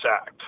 act